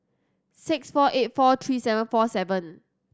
six four eight four three seven four seven